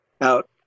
out